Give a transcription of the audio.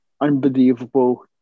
unbelievable